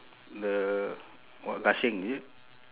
the what gasing is it